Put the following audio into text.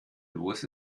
los